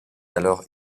alors